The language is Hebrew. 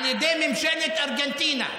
על ידי ממשלת ארגנטינה,